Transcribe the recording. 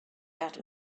out